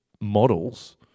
models